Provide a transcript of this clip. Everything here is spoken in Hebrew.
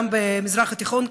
וגם במזרח התיכון,